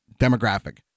demographic